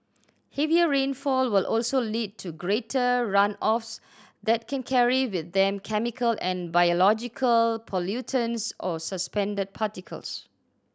heavier rainfall will also lead to greater runoffs that can carry with them chemical and biological pollutants or suspended particles